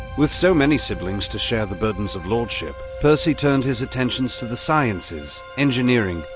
with so many siblings to share the burdens of lordship, percy turned his attentions to the sciences, engineering,